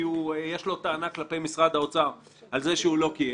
כי יש לו טענה כלפי משרד האוצר על זה שהוא לא קיים.